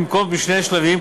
במקום בשני שלבים,